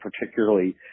particularly